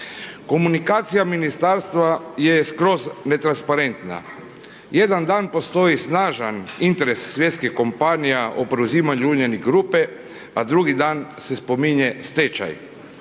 Komunikacija Ministarstva je skroz netransparentna. Jedan dan postoji snažan interes svjetskih kompanija o preuzimanju Uljanik grupe, a drugi dan se spominje stečaj.